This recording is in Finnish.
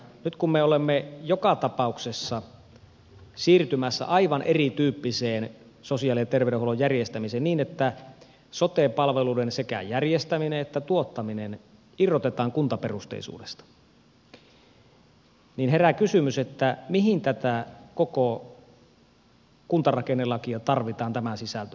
nyt kun me olemme joka tapauksessa siirtymässä aivan erityyppiseen sosiaali ja terveydenhuollon järjestämiseen niin että sote palveluiden sekä järjestäminen että tuottaminen irrotetaan kuntaperusteisuudesta niin herää kysymys mihin tätä koko kuntarakennelakia tarvitaan tämän sisältöisenä